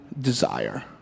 desire